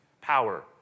power